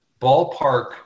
ballpark